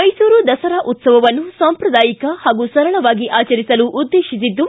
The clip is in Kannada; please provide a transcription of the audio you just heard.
ಮೈಸೂರು ದಸರಾ ಉತ್ತವವನ್ನು ಸಾಂಪ್ರದಾಯಿಕ ಹಾಗೂ ಸರಳವಾಗಿ ಆಚರಿಸಲು ಉದ್ದೇತಿಸಿದ್ದು